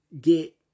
get